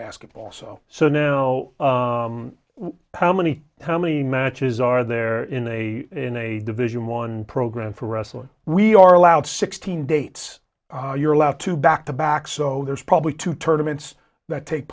basketball so so now how many how many matches are there in a in a division one program for wrestling we are allowed sixteen dates you're allowed to back to back so there's probably two tournaments that take